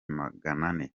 maganane